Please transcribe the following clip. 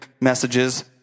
Messages